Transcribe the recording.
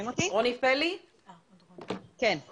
רוני פלי, בבקשה.